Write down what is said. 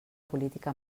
política